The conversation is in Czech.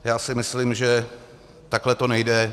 Já si myslím, že takhle to nejde.